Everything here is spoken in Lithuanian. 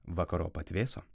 vakarop atvėso